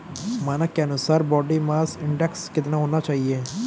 मानक के अनुसार बॉडी मास इंडेक्स कितना होना चाहिए?